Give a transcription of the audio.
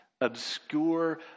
obscure